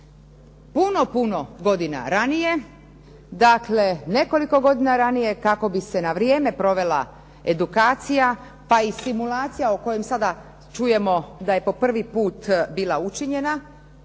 puno, puno godina ranije, dakle nekoliko godina ranije kako bi se na vrijeme provela edukacija, pa i simulacija o kojem sada čujemo da je po privi put bila učinjena,